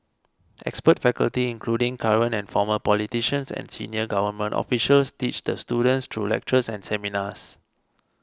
expert faculty including current and former politicians and senior government officials teach the students through lectures and seminars